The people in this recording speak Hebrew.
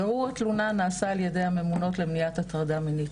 בירור התלונה נעשה על ידי הממונות למניעת הטרדה מינית,